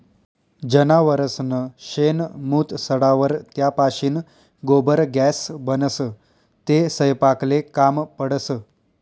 जनावरसनं शेण, मूत सडावर त्यापाशीन गोबर गॅस बनस, तो सयपाकले काम पडस